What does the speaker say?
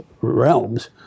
realms